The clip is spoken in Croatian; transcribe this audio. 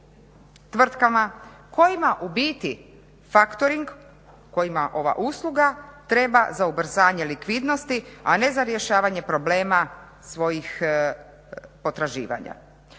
tvrtkama kojima u biti factoring, kojima ova usluga treba za ubrzanje likvidnosti, a ne za rješavanje problema svojih potraživanja.